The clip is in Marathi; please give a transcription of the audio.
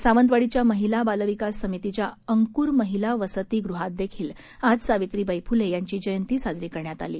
सावंतवाडीच्या महिला बालविकास समितीच्या अंकुर महिला वस्तीगृहातदेखील आज सावित्रीबाई फुले यांची जयंती साजरी करण्यात आली